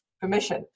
permission